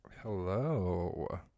Hello